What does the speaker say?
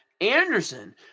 Anderson